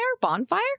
bonfire